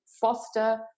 foster